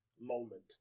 moment